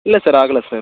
இல்லை சார் ஆகல சார்